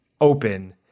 open